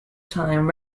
time